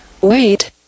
Wait